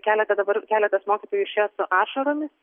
keleta dabar keletas mokytojų išėjo su ašaromis